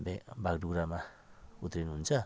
बे बागडोग्रामा उत्रिनु हुन्छ